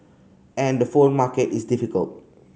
and the phone market is difficult